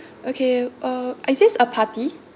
okay uh is this a party